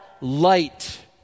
light